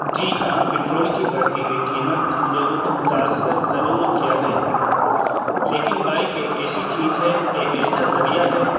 جی ہاں پٹرول کی بڑھتی ہوئی قیمت لوگوں کو متأثر ضرور کیا ہے لیکن بائک ایک ایسی چیز ہے ایک ایسا ذریعہ ہے